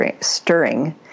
stirring